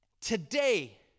Today